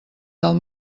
del